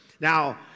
now